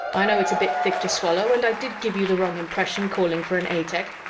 i know it's a bit thick to swallow and i did give you the wrong impression calling for an a-tech,